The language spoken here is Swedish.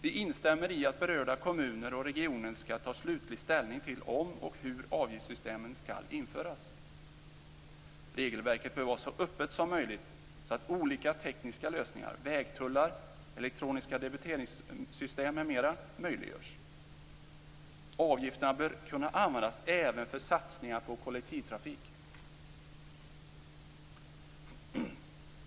Vi instämmer i att berörda kommuner och regioner skall ta slutlig ställning till om och hur avgiftssystemen skall införas. Regelverket bör vara så öppet som möjligt så att olika tekniska lösningar - vägtullar, elektroniska debiteringssystem m.m. - möjliggörs. Avgifterna bör kunna användas även för satsningar på kollektivtrafik.